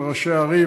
ולראשי הערים.